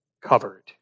covered